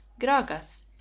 Gragas